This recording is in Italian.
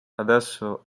adesso